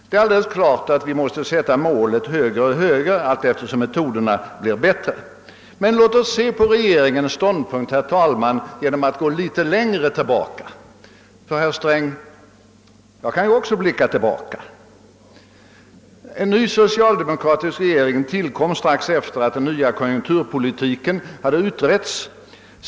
Det är alldeles klart att målet måste sättas högre allteftersom metoderna för arbetsmarknadspolitiken blir bättre. Låt oss ytterligare belysa regeringens ståndpunkt, herr talman, genom att gå litet längre tillbaka i tiden — jag kan ju också, herr Sträng, få göra en återblick. En ny socialdemokratisk regering tillkom strax efter att den nya konjunkturpolitiken hade börjat klarläggas.